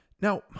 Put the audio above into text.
Now